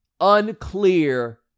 Unclear